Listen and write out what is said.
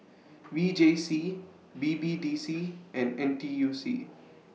V J C B B D C and N T U C